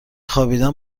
خوابیدن